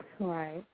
Right